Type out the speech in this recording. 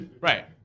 right